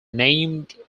named